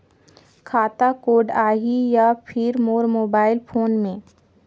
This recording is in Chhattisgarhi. खाता कोड आही या फिर मोर मोबाइल फोन मे?